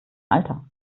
alter